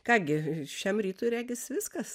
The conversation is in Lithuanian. ką gi šiam rytui regis viskas